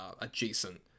adjacent